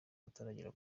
bataragera